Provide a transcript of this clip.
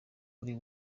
kuri